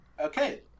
Okay